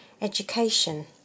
education